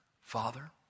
Father